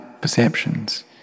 perceptions